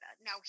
Now